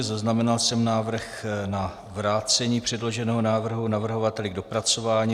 Zaznamenal jsem návrh na vrácení předloženého návrhu navrhovateli k dopracování.